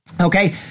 Okay